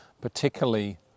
particularly